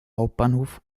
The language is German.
hauptbahnhof